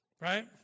Right